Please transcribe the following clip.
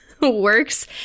works